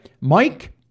Mike